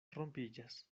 rompiĝas